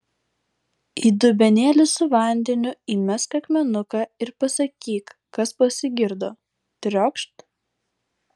į dubenėlį su vandeniu įmesk akmenuką ir pasakyk kas pasigirdo triokšt